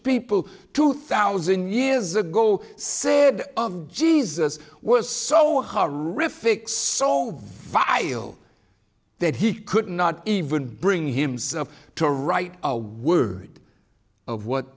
people two thousand years ago said of jesus was so horrific so vial that he could not even bring himself to write a word of what